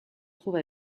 trouve